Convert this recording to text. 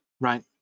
right